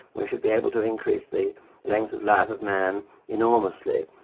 we should be able to increase the length of life of man enormously.